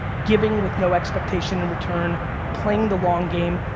giving with no expectation in return, playing the long game.